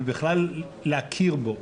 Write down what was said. ובכלל להכיר בו.